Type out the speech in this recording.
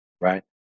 right